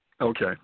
Okay